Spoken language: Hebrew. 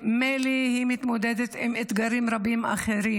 שממילא היא מתמודדת עם אתגרים רבים אחרים.